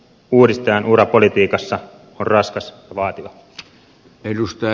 uudistajan ura politiikassa on raskas ja vaativa